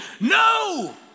No